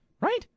right